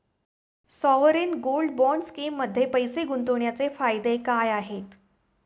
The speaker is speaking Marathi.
सॉवरेन गोल्ड बॉण्ड स्कीममध्ये पैसे गुंतवण्याचे फायदे काय आहेत?